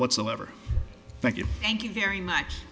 whatsoever thank you thank you very much